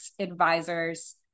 advisors